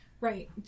Right